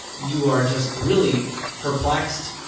you are just really perplexed,